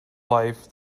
life